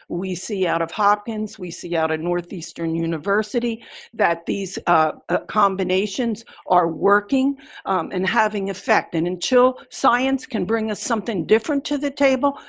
we see out of hopkins, we see out in northeastern university that these ah combinations are working and having effect. and until science can bring us something different to the table,